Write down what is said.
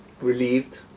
relieved